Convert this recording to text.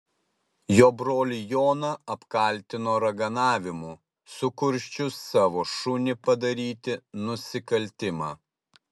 jo brolį joną apkaltino raganavimu sukursčius savo šunį padaryti nusikaltimą